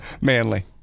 Manly